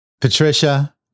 patricia